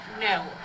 No